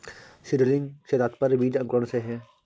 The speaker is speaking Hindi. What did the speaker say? सीडलिंग से तात्पर्य बीज अंकुरण से है